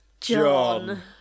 John